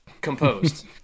composed